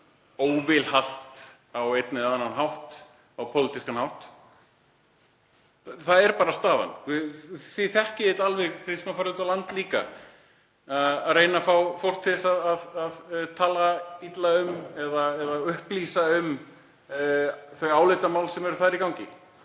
vilhallt á einn eða annan hátt, á pólitískan hátt. Það er bara staðan. Þið þekkið þetta alveg, þið sem farið út á land til að reyna að fá fólk til þess að tala illa um eða upplýsa um þau álitamál sem eru þar í gangi.